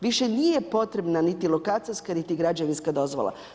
Više nije potrebna niti lokacijska niti građevinska dozvola.